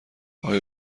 آیا